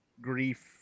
grief